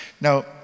Now